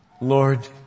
Lord